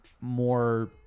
more